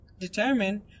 determine